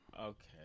Okay